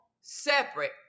separate